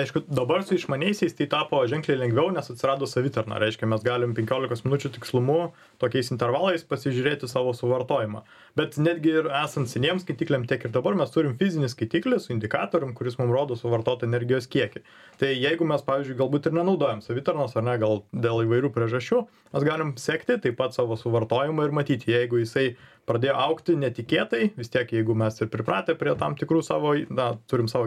aišku dabar su išmaniaisiais tai tapo ženkliai lengviau nes atsirado savitarna reiškia mes galim penkiolikos minučių tikslumu tokiais intervalais pasižiūrėti savo suvartojimą bet netgi ir esant seniems skaitikliam tiek ir dabar mes turim fizinį skaitiklį su indikatorium kuris mum rodo suvartotą energijos kiekį tai jeigu mes pavyzdžiui galbūt ir nenaudojam savitarnos ar ne gal dėl įvairių priežasčių mes galim sekti taip pat savo suvartojimą ir matyti jeigu jisai pradėjo augti netikėtai vis tiek jeigu mes ir pripratę prie tam tikrų savo na turim savo